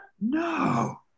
No